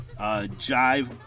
Jive